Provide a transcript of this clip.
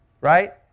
Right